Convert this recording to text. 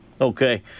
Okay